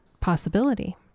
possibility